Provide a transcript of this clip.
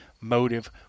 motive